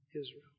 Israel